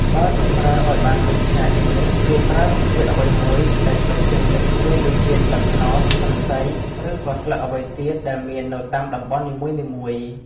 បើទុកប្រើឲ្យបានវែងឆ្ងាយជាងនេះ គេប្រើរុក្ខជាតិអ្វីមួយដែលជាប់ជាងនេះមានដូចជាស្លឹកត្នោត, ឫស្សី ឬក៏ស្លឹកអ្វីទៀតដែលមាននៅតាមតំបន់នីមួយៗ។